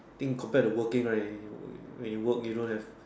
think compared to working right when you work you don't have